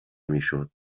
میشد